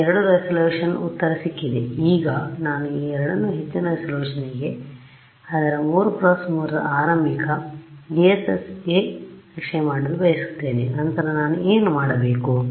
ನನಗೆ ಎರಡು ರೆಸಲ್ಯೂಶನ್ ಉತ್ತರ ಸಿಕ್ಕಿದೆ ಈಗ ನಾನು ಈ ಎರಡನ್ನು ಹೆಚ್ಚಿನ ರೆಸಲ್ಯೂಶನ್ಗೆ ಅದರ 3 × 3 ರ ಆರಂಭಿಕ ess ಹೆಯಾಗಿ ನಕ್ಷೆ ಮಾಡಲು ಬಯಸುತ್ತೇನೆ ನಂತರ ನಾನು ಏನು ಮಾಡಬೇಕು